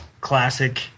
classic